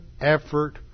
effort